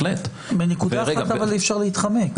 אבל מנקודה אחת אי אפשר להתחמק,